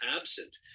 absent